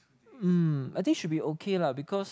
um I think should be okay lah because